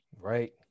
right